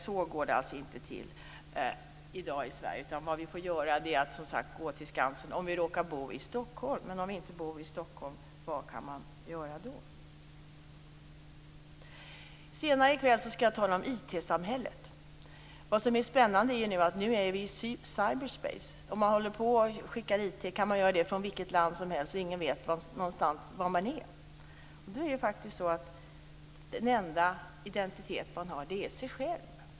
Så går det alltså inte till i dag i Sverige, utan vad vi får göra är att gå till Skansen om vi råkar bo i Stockholm. Men om man inte bor i Stockholm, vad kan man göra då? Senare i kväll skall jag tala om IT-samhället. Vad som är spännande är att vi nu befinner oss i cyber space. Man kan skicka IT från vilket land som helst, och ingen vet var man är. Den enda identitet man då har är sig själv.